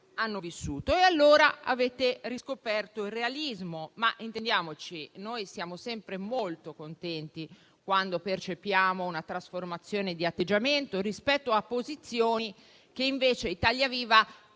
hanno vissuto. Avete così riscoperto il realismo, ma - intendiamoci - noi siamo sempre molto contenti quando percepiamo una trasformazione di atteggiamento rispetto a posizioni che invece Italia Viva